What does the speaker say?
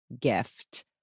gift